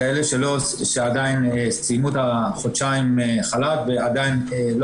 כאלה שסיימו את החודשיים חל"ת ועדיין לא